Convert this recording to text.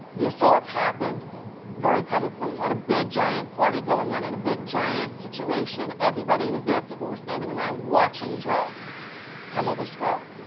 the assaults happened very publicly at a big giant party going on at a big giant situation. everybody was there. people were standing around watching dre pummel this girl.